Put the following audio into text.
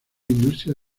industria